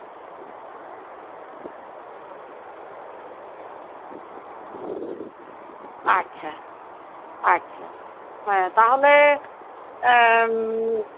ᱟᱪᱪᱷᱟ ᱟᱪᱪᱷᱟ ᱦᱮᱸ ᱛᱟᱞᱦᱮ